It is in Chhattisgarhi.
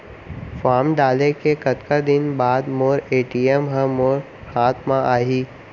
फॉर्म डाले के कतका दिन बाद मोर ए.टी.एम ह मोर हाथ म आही?